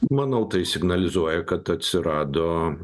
manau tai signalizuoja kad atsirado